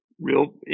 real